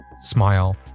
smile